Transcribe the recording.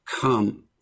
come